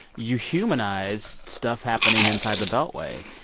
you humanized stuff happening inside the beltway,